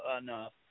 enough